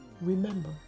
Remember